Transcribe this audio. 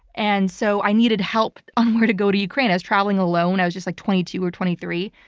and so i needed help on where to go to ukraine. i was traveling alone. i was just like twenty two or twenty three,